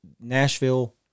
Nashville